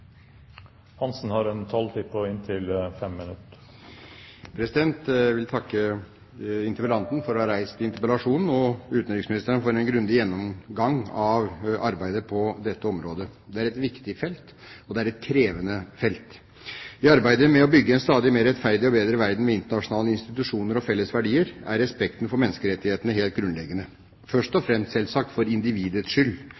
Jeg vil takke interpellanten for å ha reist interpellasjonen og utenriksministeren for en grundig gjennomgang av arbeidet på dette området. Det er et viktig felt, og det er et krevende felt. I arbeidet med å bygge en stadig mer rettferdig og bedre verden med internasjonale institusjoner og felles verdier er respekten for menneskerettighetene helt grunnleggende, først og fremst selvsagt for individets skyld.